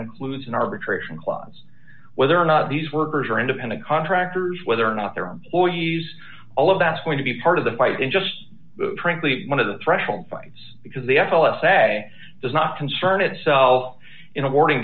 includes an arbitration clause whether or not these workers are independent contractors whether or not their employees all of that's going to be part of the fight and just frankly one of the threshold fights because the l s a does not concern itself in the morning